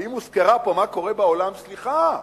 ואם הוזכר פה מה קורה בעולם, סליחה,